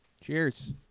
Cheers